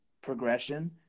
progression